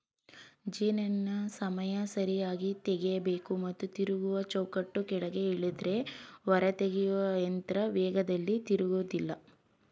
ಜೇನನ್ನು ಸಮಯ ಸರಿಯಾಗಿ ತೆಗಿಬೇಕು ಮತ್ತು ತಿರುಗುವ ಚೌಕಟ್ಟು ಕೆಳಗೆ ಇಲ್ದಿದ್ರೆ ಹೊರತೆಗೆಯೊಯಂತ್ರ ವೇಗದಲ್ಲಿ ತಿರುಗೋದಿಲ್ಲ